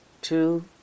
two